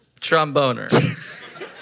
tromboner